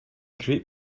create